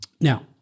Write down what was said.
Now